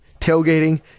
tailgating